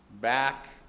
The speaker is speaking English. back